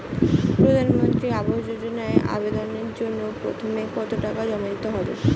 প্রধানমন্ত্রী আবাস যোজনায় আবেদনের জন্য প্রথমে কত টাকা জমা দিতে হবে?